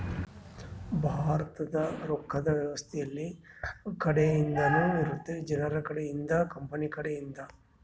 ಭಾರತದ ರೊಕ್ಕದ್ ವ್ಯವಸ್ತೆ ಯೆಲ್ಲ ಕಡೆ ಇಂದನು ಇರುತ್ತ ಜನರ ಕಡೆ ಇಂದ ಕಂಪನಿ ಕಡೆ ಇಂದ